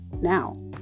now